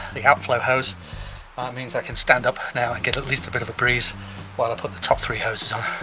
the outflow hose, and ah it means i can stand up now i get at least a bit of a breeze while i put the top three hoses on